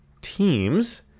teams